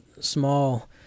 small